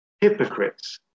hypocrites